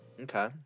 Okay